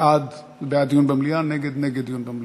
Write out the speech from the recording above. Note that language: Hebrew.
בעד זה בעד דיון במליאה, נגד, נגד דיון במליאה.